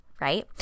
right